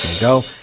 go